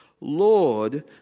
Lord